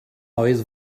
oedd